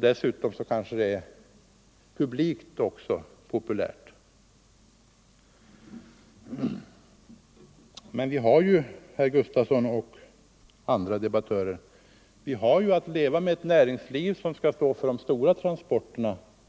Dessutom kanske det är populärt publikt också. Men vi har ju, herr Gustafson och andra debattörer, att leva med ett näringsliv som skall stå för